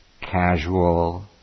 casual